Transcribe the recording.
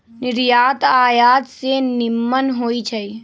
निर्यात आयात से निम्मन होइ छइ